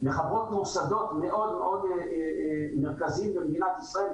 מחברות מוסדות מאוד מרכזיים במדינת ישראל,